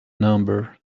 number